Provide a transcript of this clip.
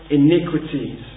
iniquities